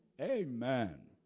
Amen